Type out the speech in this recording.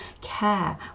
care